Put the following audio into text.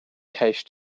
cache